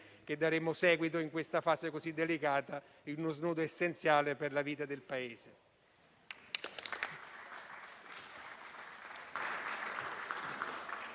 che vi daremo seguito in questa fase così delicata e in uno snodo essenziale per la vita del Paese.